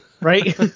Right